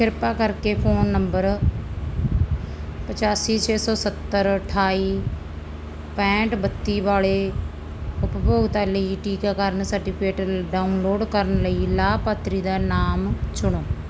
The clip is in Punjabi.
ਕਿਰਪਾ ਕਰਕੇ ਫ਼ੋਨ ਨੰਬਰ ਪਚਾਸੀ ਛੇ ਸੌ ਸੱਤਰ ਅਠਾਈ ਪੈਂਹਠ ਬੱਤੀ ਵਾਲੇ ਉਪਭੋਗਤਾ ਲਈ ਟੀਕਾਕਰਨ ਸਰਟੀਫਿਕੇਟ ਡਾਊਨਲੋਡ ਕਰਨ ਲਈ ਲਾਭਪਾਤਰੀ ਦਾ ਨਾਮ ਚੁਣੋ